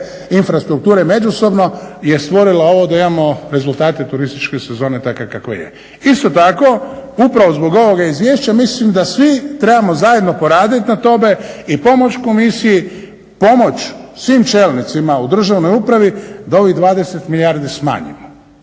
infrastrukture međusobno je stvorila ovo da imamo rezultate turističke sezone takva kakva je. Isto tako upravo zbog ovoga izvješća mislim da svi trebamo zajedno poraditi na tome i pomoći komisiji, pomoći svim čelnicima u državnoj upravi da ovih 20 milijardi smanjimo.